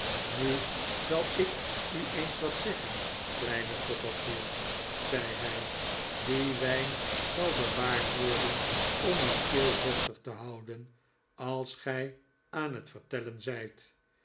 nu zal ik u eens wat zeggen kleine copperfield zei hij die wijn zal bewaard worden om uw keel vochtig te houden als gij aan het vertellen zijt